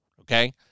okay